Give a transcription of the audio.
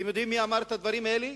אתם יודעים מי אמר את הדברים האלה?